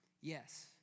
Yes